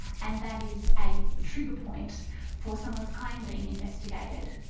and that is a trigger point for someone's claim being investigated.